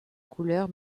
couleur